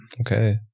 Okay